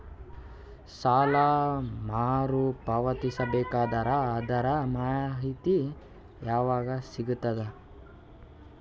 ಸಾಲ ಮರು ಪಾವತಿಸಬೇಕಾದರ ಅದರ್ ಮಾಹಿತಿ ಯವಾಗ ಸಿಗತದ?